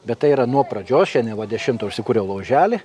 bet tai yra nuo pradžios šianie va dešimtą užsikūriau lauželį